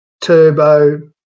Turbo